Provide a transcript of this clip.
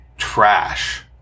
trash